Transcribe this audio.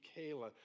Kayla